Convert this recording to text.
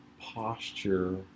posture